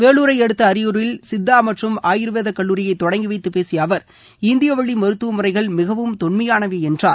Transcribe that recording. வேலூரை அடுத்து அரியூரில் சித்தா மற்றம் ஆயூர்வேத கல்லூரியை தொடங்கி வைத்து பேசிய அவர் இந்திய வழி மருத்துவமுறைகள் மிகவும் தொன்மையானவை என்றார்